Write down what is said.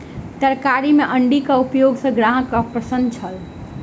तरकारी में अण्डीक उपयोग सॅ ग्राहक अप्रसन्न छल